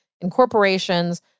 incorporations